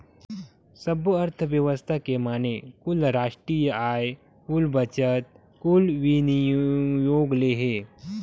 सब्बो अर्थबेवस्था के माने कुल रास्टीय आय, कुल बचत, कुल विनियोग ले हे